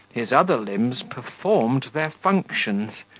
his other limbs performed their functions.